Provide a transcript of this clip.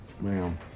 Ma'am